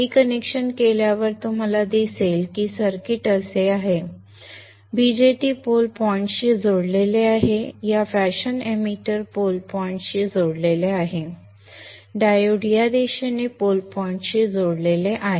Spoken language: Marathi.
रीकनेक्शन केल्यावर तुम्हाला दिसेल की सर्किट असे आहे बीजेटी पोल पॉईंटशी जोडलेले आहे या फॅशन एमिटर पोल पॉईंटशी जोडलेले आहे डायोड या दिशेने पोल पॉइंटशी जोडलेले आहे